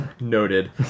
Noted